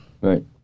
right